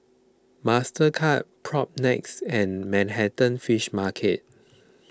Mastercard Propnex and Manhattan Fish Market